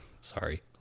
Sorry